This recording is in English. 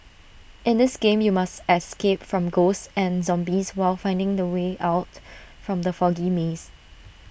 in this game you must escape from ghosts and zombies while finding the way out from the foggy maze